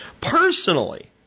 Personally